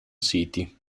city